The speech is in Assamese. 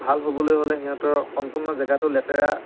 ভাল হ'বলৈ হ'লে সিহঁতৰ সম্পূৰ্ণ জেগাটো লেতেৰা